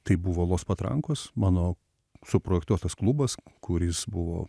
tai buvo los patrankos mano suprojektuotas klubas kuris buvo